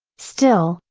still,